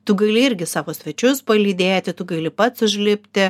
tu gali irgi savo svečius palydėti tu gali pats užlipti